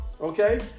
okay